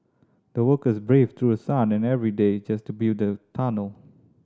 the workers braved through the sun and every day just to build the tunnel